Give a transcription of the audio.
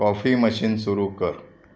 coffee machine सुरू कर